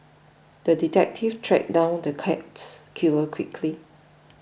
the detective tracked down the cats killer quickly